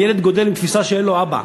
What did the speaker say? הילד גדל עם תפיסה שאין לו אבא,